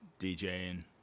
djing